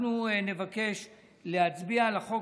אנחנו נבקש להצביע על החוק,